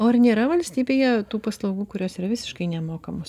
o ar nėra valstybėje tų paslaugų kurios yra visiškai nemokamos